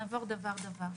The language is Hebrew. נעבור דבר דבר.